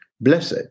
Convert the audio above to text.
Blessed